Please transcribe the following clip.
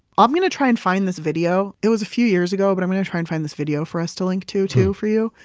i'm going to try and find this video, it was a few years ago, but i'm going to try and find this video for us to link to, too, for you.